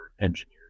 engineers